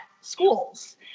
schools